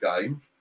game